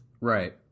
right